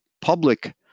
public